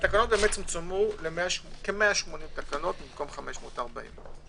התקנות צומצמו לכ-180 במקום 540 תקנות.